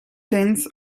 tenths